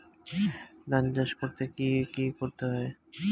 ধান চাষ করতে কি কি করতে হয়?